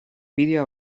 bideoa